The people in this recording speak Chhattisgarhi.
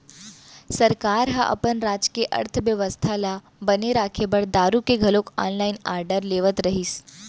सरकार ह अपन राज के अर्थबेवस्था ल बने राखे बर दारु के घलोक ऑनलाइन आरडर लेवत रहिस